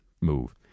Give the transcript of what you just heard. move